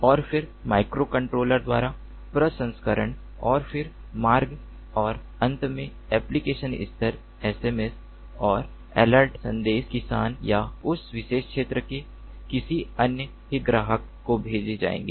और फिर माइक्रोकंट्रोलर द्वारा प्रसंस्करण और फिर मार्ग और अंत में एप्लिकेशन स्तर एसएमएस और अलर्ट संदेश किसान या उस विशेष क्षेत्र के किसी अन्य हितधारक को भेजे जाएंगे